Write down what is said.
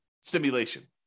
simulation